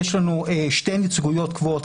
יש לנו שתי נציגויות קבועות,